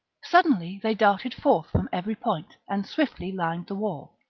suddenly they darted forth from every point and swiftly lined the wall.